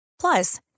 Plus